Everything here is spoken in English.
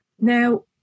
Now